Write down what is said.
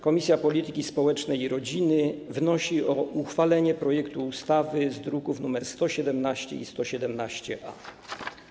Komisja Polityki Społecznej i Rodziny wnosi o uchwalenie projektu ustawy z druków nr 117 i 117-A.